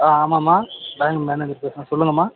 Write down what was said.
ஆ ஆமாம்மா bank manager பேசுகிறேன் சொல்லுங்கம்மா